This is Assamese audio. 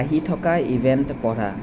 আহি থকা ইভেণ্ট পঢ়া